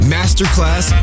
Masterclass